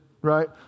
right